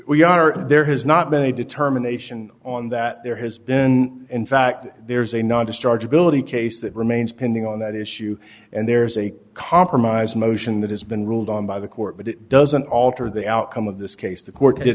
we are there has not been a determination on that there has been in fact there's a nonstarter ability case that remains pending on that issue and there's a compromise motion that has been ruled on by the court but it doesn't alter the outcome of this case the court